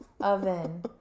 oven